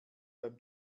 beim